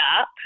up